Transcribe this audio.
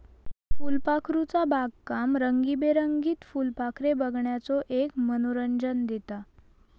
फुलपाखरूचा बागकाम रंगीबेरंगीत फुलपाखरे बघण्याचो एक मनोरंजन देता